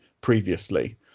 previously